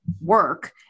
work